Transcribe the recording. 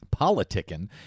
politicking